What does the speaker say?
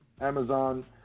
Amazon